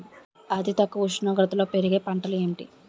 అతి తక్కువ ఉష్ణోగ్రతలో పెరిగే పంటలు ఏంటి?